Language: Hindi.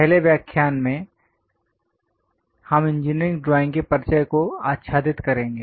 पहले व्याख्यान में हम इंजीनियरिंग ड्राइंग के परिचय को आच्छादित करेंगे